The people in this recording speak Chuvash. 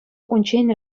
унччен